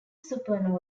supernova